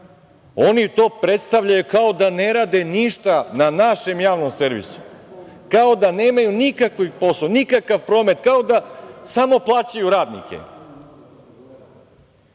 Oni to predstavljaju, kao da ne rade ništa, na našem javnom servisu, kao da nemaju nikakav posao, nikakav promet, kao da samo plaćaju radnike,